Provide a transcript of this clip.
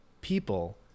people